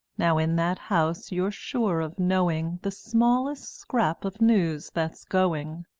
now in that house you're sure of knowing the smallest scrap of news that's going.